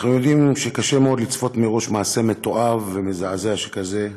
אנחנו יודעים שקשה מאוד לצפות מראש מעשה מתועב ומזעזע כזה,